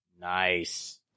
Nice